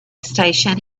station